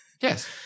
Yes